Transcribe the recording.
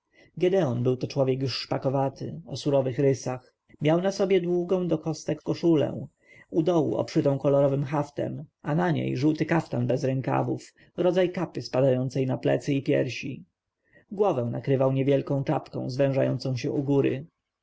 gedeon był to człowiek już szpakowaty o surowych rysach miał na sobie długą do kostek koszulę u dołu obszytą kolorowym haftem a na niej żółty kaftan bez rękawów rodzaj kapy spadającej na piersi i plecy głowę nakrył niewielką czapką zwężającą się u góry